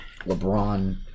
LeBron